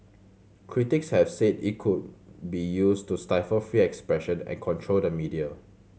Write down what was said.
critics have said it could be used to stifle free expression and control the media